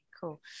cool